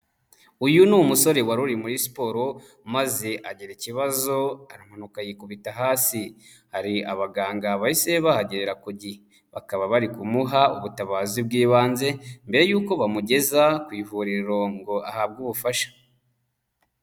Uyu ni umusore wari uri muri siporo maze agira ikibazo aramanuka yikubita hasi. Hari abaganga bahise bahagerera ku gihe. Bakaba barikumuha ubutabazi bw'ibanze, mbere y'uko bamugeza ku ivuriro ngo ahabwe ubufasha.